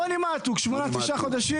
מוני מעתוק, שמונה-תשעה חודשים.